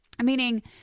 Meaning